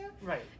right